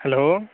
hello